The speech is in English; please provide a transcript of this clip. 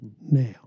now